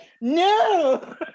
no